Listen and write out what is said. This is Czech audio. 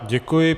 Děkuji.